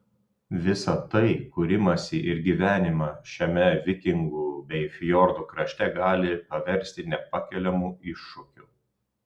visa tai kūrimąsi ir gyvenimą šiame vikingų bei fjordų krašte gali paversti nepakeliamu iššūkiu